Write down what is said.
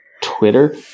Twitter